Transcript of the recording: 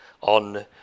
on